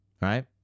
right